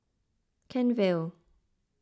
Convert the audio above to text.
Kent Vale